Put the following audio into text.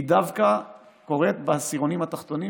היא דווקא קורית בעשירונים התחתונים,